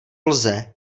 lze